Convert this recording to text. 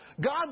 God